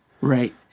Right